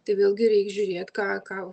tai vėlgi reik žiūrėt ką ką